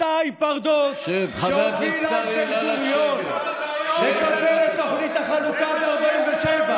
זה מה שיש, חבר הכנסת קרעי, נא לשבת.